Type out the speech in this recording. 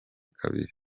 kabiri